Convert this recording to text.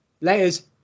Later